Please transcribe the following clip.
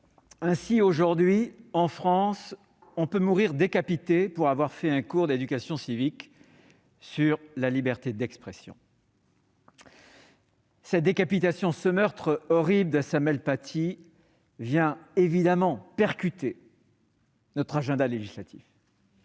ainsi, aujourd'hui, en France, on peut mourir décapité pour avoir fait un cours d'éducation civique sur la liberté d'expression. Cette décapitation, ce meurtre horrible de Samuel Paty vient « percuter » notre agenda législatif